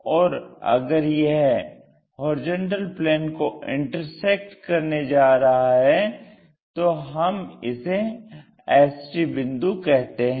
और अगर यह HP को इंटरसेक्ट करने जा रहा है तो हम इसे HT बिंदु कहते हैं